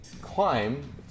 climb